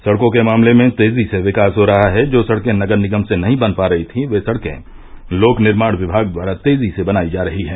सड़कों के मामले में तेजी से विकास हो रहा है जो सड़के नगर निगम से नहीं बन पा रही थी वे सड़के लोक निर्माण विभाग द्वारा तेजी से बनाई जा रही है